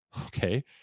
Okay